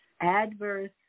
adverse